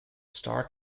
star